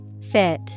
Fit